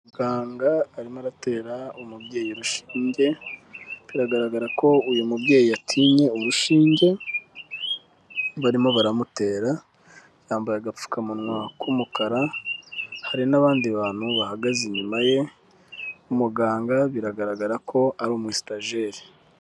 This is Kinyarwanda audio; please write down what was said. Muganga arimo aratera umubyeyi urushinge, biragaragara ko uyu mubyeyi yatinye urushinge barimo baramutera, yambaye agapfukamunwa k'umukara hari n'abandi bantu bahagaze inyuma ye, umuganga biragaragara ko ari umusitajeri.